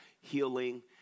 healing